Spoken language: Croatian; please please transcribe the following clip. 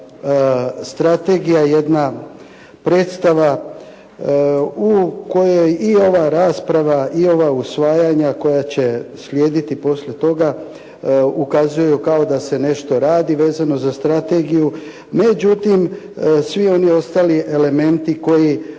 strategija jedna predstava u kojoj i ova rasprava i ova usvajanja koja će slijediti poslije toga ukazuju kao da se nešto radi, vezano za strategiju. Međutim svi oni ostali elementi koji